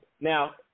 Now